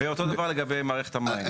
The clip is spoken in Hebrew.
ואותו דבר לגבי מערכת המים.